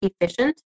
efficient